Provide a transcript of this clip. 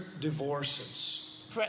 divorces